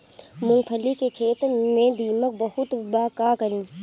मूंगफली के खेत में दीमक बहुत बा का करी?